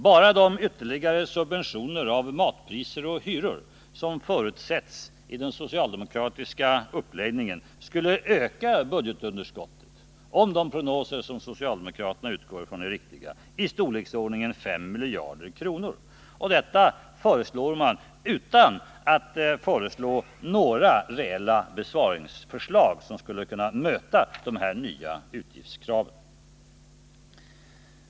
Bara de ytterligare subventioner av matpriser och hyror som förutsätts i den socialdemokratiska uppläggningen skulle öka budgetunderskottet — om de prognoser som socialdemokraterna utgår från är riktiga — med i storleksordningen 5 miljarder kronor. Detta föreslår man utan att föreslå några reella besparingsförslag som skulle kunna möta de nya utgiftskraven.